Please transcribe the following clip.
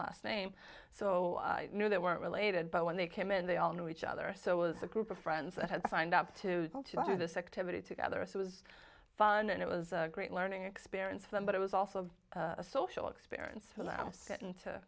last name so i knew they weren't related but when they came in they all knew each other so it was a group of friends that had signed up to do this activity together it was fun and it was a great learning experience for them but it was also a social experience for them certain to